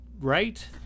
Right